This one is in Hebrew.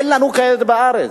אין לנו כאלה בארץ.